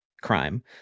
crime